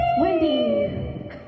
Wendy